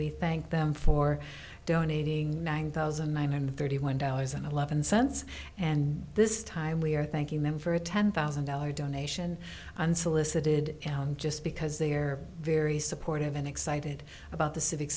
we thank them for donating one thousand nine hundred thirty one dollars and eleven cents and this time we are thank you ma'am for a ten thousand dollar donation unsolicited just because they are very supportive and excited about the civic